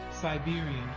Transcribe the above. Siberian